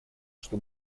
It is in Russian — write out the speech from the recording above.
что